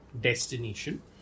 destination